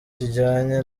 kijyanye